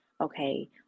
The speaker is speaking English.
okay